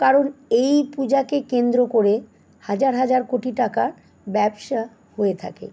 কারণ এই পূজাকে কেন্দ্র করে হাজার হাজার কোটি টাকার ব্যবসা হয়ে থাকে